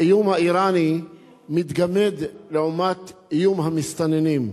האיום האירני מתגמד לעומת איום המסתננים.